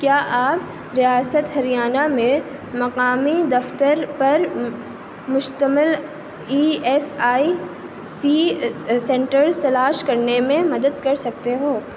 کیا آپ ریاست ہریانہ میں مقامی دفتر پر مشتمل E S I C centres تلاش کرنے میں مدد کر سکتے ہو